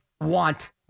want